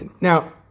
Now